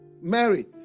mary